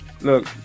Look